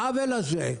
העוול הזה,